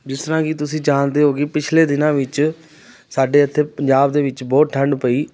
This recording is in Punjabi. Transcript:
ਜਿਸ ਤਰ੍ਹਾਂ ਕਿ ਤੁਸੀਂ ਜਾਣਦੇ ਹੋ ਕਿ ਪਿਛਲੇ ਦਿਨਾਂ ਵਿੱਚ ਸਾਡੇ ਇੱਥੇ ਪੰਜਾਬ ਦੇ ਵਿੱਚ ਬਹੁਤ ਠੰਡ ਪਈ